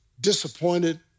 disappointed